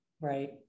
right